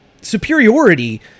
superiority